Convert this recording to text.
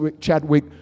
Chadwick